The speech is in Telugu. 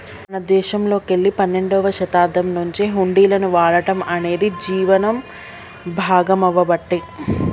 మన దేశంలోకెల్లి పన్నెండవ శతాబ్దం నుంచే హుండీలను వాడటం అనేది జీవనం భాగామవ్వబట్టే